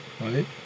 right